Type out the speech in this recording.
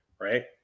right